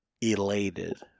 elated